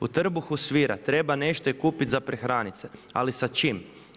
U trbuhu svira, treba nešto i kupiti za prehranit se, ali sa čim?